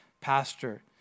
pastor